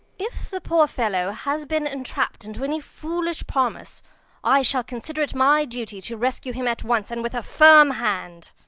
if the poor fellow has been entrapped into any foolish promise i shall consider it my duty to rescue him at once, and with a firm hand.